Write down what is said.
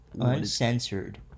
Uncensored